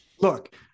Look